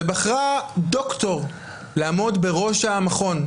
ובחרה דוקטור לעמוד בראש המכון.